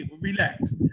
Relax